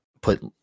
put